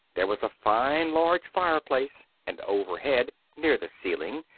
there was a fine large fireplace, and overhead, near the ceiling,